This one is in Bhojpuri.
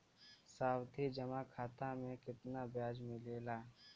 सावधि जमा खाता मे कितना ब्याज मिले ला?